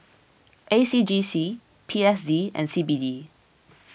A C J C P S D and C B D